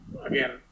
again